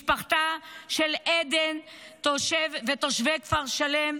משפחתה של עדן ותושבי כפר שלם,